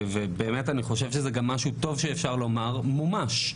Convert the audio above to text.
ובאמת אני חושב שזה גם משהו טוב שאפשר לומר - הוא מומש.